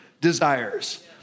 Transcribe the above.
desires